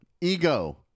ego